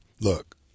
look